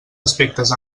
aspectes